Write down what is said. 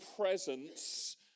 presence